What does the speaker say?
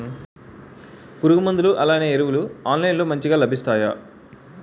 పురుగు మందులు అలానే ఎరువులు ఆన్లైన్ లో మంచిగా లభిస్తాయ?